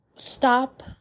Stop